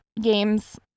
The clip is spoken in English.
games